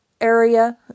area